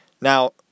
Now